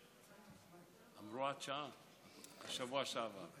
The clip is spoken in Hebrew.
אמרו עד שעה בשבוע שעבר.